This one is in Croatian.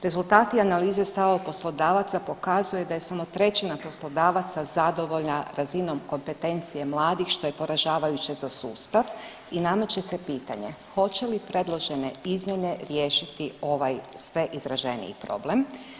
Rezultati analize o stavu poslodavaca pokazuju da je samo trećina poslodavaca zadovoljna razinom kompetencije mladih što poražavajuće za sustav i nameće se pitanje hoće li predložene izmjene riješiti ovaj sve izraženiji problem?